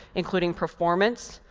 including performance,